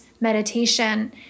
meditation